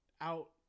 out